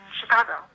Chicago